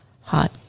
hot